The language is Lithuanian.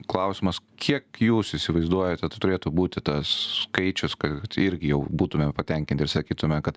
klausimas kiek jūs įsivaizduojate tai turėtų būti tas skaičius kad irgi jau būtumėm patenkinti ir sakytume kad